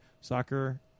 soccer